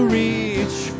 reach